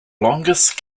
longest